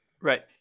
Right